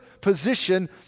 position